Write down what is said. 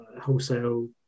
wholesale